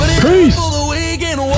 Peace